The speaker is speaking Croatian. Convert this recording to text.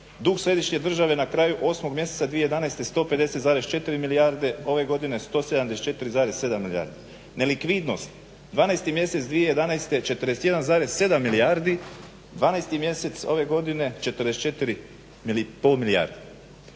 Dug središnje države na kraju 8. mjeseca 2011. 150,4 milijarde, ove godine 174,7 milijardi. Nelikvidnost 12.mjesec 2011. 41,7 milijardi, 12.mjesec ove godine 44,5 milijarde.